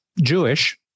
Jewish